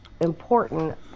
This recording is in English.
important